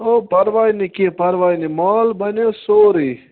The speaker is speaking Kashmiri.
او پرواے نہٕ کیٚنٛہہ پرواے نہٕ مال بَننہِ سورُے